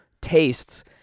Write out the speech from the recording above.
tastes